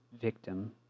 victim